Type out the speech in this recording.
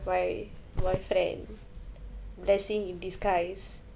my boyfriend blessing in disguise